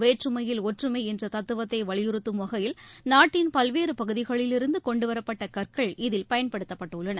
வேற்றுமையில் ஒற்றுமை என்ற தத்துவத்தை வலியுறுத்தும் வகையில் நாட்டின் பல்வேறு பகுதிகளிலிருந்து கொண்டுவரப்பட்ட கற்கள் இதில் பயன்படுத்தப்பட்டுள்ளன